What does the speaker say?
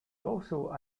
also